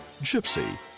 Gypsy